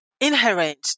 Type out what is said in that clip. inherent